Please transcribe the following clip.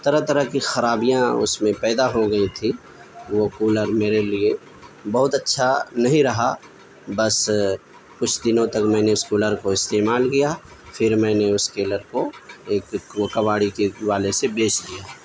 طرح طرح کی خرابیاں اس میں پیدا ہو گئی تھیں وہ کولر میرے لیے بہت اچھا نہیں رہا بس کچھ دنوں تک میں نے اس کولر کو استعمال کیا پھر میں نے اس کیلر کو ایک وہ کباڑی کے والے سے بیچ دیا